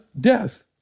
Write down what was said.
death